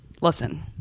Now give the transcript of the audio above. listen